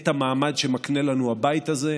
את המעמד שמקנה לנו הבית הזה,